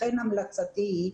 לכן המלצתי היא,